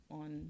on